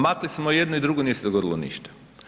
Maknuli smo i jedno i drugo, nije se dogodilo ništa.